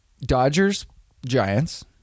Dodgers-Giants